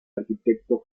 arquitecto